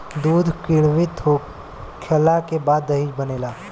दूध किण्वित होखला के बाद दही बनेला